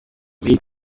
iyi